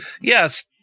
Yes